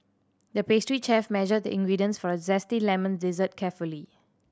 the pastry chef measured the ingredients for a zesty lemon dessert carefully